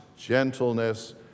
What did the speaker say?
gentleness